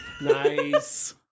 Nice